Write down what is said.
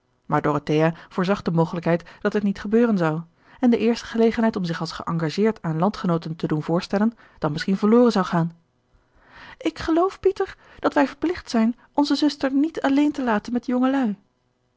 maar dorothea voorzag de mogelijkheid dat dit niet gebeuren zou en de eerste gelegenheid om zich als geëngageerd aan landgenooten te doen voorstellen dan misschien verloren zou gaan ik geloof pieter dat wij verplicht zijn onze zuster niet alleen te laten met jongelui